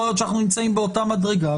יכול להיות שאנחנו נמצאים באותה מדרגה,